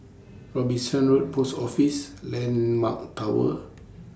Robinson Road Post Office Landmark Tower